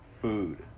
food